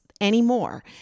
anymore